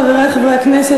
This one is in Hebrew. חברי חברי הכנסת,